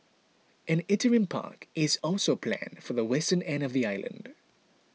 an interim park is also planned for the western end of the island